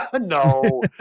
No